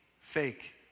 fake